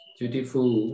Beautiful